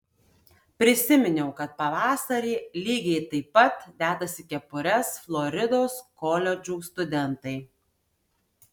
prisiminiau kad pavasarį lygiai taip pat dedasi kepures floridos koledžų studentai